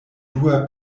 dua